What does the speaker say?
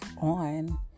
on